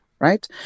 right